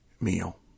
meal